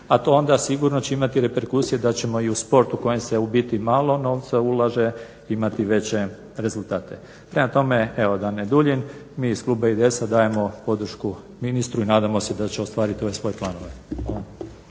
A to onda sigurno će imati reperkusije da ćemo i u sportu kojim se u biti malo novca ulaže imati veće rezultate. Prema tome, evo da ne duljim, mi iz kluba IDS-a dajemo podršku ministru i nadamo se da će ostvariti ove svoje planove.